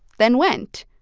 then went,